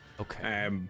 Okay